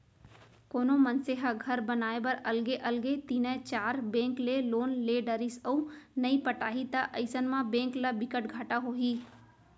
कोनो मनसे ह घर बनाए बर अलगे अलगे तीनए चार बेंक ले लोन ले डरिस अउ नइ पटाही त अइसन म बेंक ल बिकट घाटा होही